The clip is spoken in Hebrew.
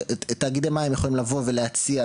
תאגידי מים יכולים לבוא ולהציע,